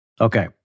Okay